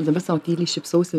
dabar sau tyliai šypsausi